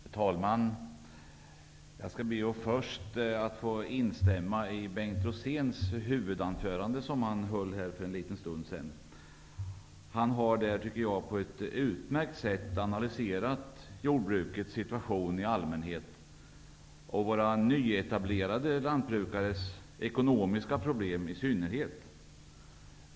Herr talman! Jag skall be att först få instämma i det som Bengt Rosén sade i sitt huvudanförande för en stund sedan. Han har där på ett utmärkt sätt analyserat jordbrukarnas situation i allmänhet och våra nyetablerade lantbrukares ekonomiska problem i synnerhet.